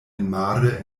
enmare